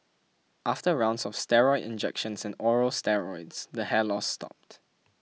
after rounds of steroid injections and oral steroids the hair loss stopped